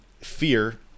Fear